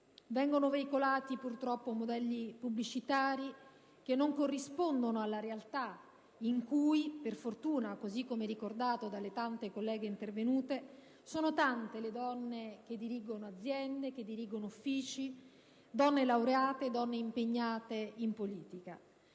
Vengono veicolati purtroppo modelli pubblicitari che non corrispondono alla realtà, in cui, per fortuna, così come ricordato dalle tante colleghe intervenute, sono tante le donne che dirigono aziende, che dirigono uffici, donne laureate, donne impegnate in politica.